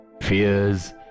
fears